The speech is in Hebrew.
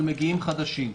אבל מגיעים חדשים.